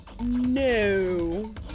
No